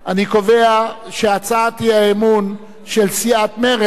אני קובע שהצעת האי-אמון של סיעת מרצ